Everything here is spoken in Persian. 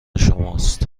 شماست